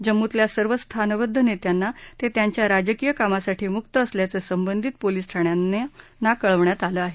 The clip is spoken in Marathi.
जम्मूतल्या सर्व स्थानबद्ध नेत्यांना ते त्यांच्या राजकीय कामासाठी मुक्त असल्याचं संबंधित पोलीस ठाण्यांनी कळवलं आहे